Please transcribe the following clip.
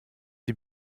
die